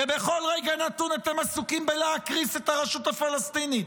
כי בכל רגע נתון את עסוקים בלהקריס את הרשות הפלסטינית.